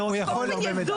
באיזה מסגרת?